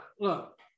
look